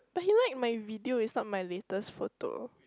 but he like my video it's not my latest photo